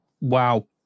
Wow